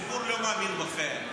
הציבור לא מאמין בכם.